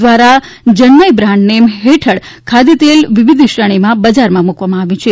દ્વારા જન્મય બ્રાન્ડનેમ હેઠળ ખાદ્યતેલ વિવિધ શ્રેણીમાં બજારમાં મુકવામાં આવ્યું છે